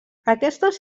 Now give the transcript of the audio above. aquestes